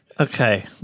okay